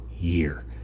year